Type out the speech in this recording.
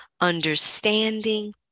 understanding